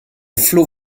flot